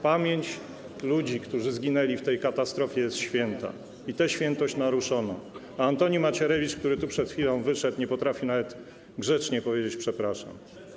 Pamięć ludzi, którzy zginęli w tej katastrofie, jest święta i tę świętość naruszono, a Antoni Macierewicz, który tu przed chwilą wyszedł, nie potrafi nawet grzecznie powiedzieć: przepraszam.